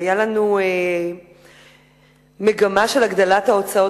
היתה לנו כאן מגמה של הגדלת ההוצאות